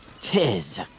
Tis